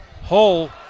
hole